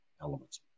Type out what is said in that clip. elements